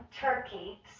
turkey